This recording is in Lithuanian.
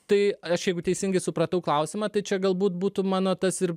tai aš jeigu teisingai supratau klausimą tai čia galbūt būtų mano tas ir